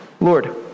Lord